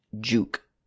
Juke